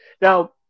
Now